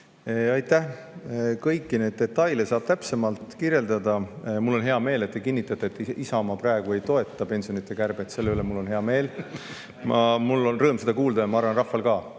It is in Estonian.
Aitäh! Kõiki neid detaile saab täpsemalt kirjeldada. Mul on hea meel, et te kinnitate, et Isamaa praegu ei toeta pensionide kärbet. Selle üle on mul hea meel. Mul on rõõm seda kuulda ja ma arvan, et rahval ka.